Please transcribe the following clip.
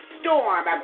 storm